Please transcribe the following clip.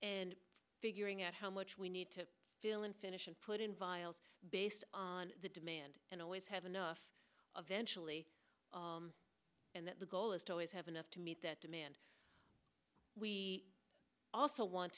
and figuring out how much we need to fill and finish and put in vials based on the demand and always have enough of eventually and that the goal is to always have enough to meet that demand we also want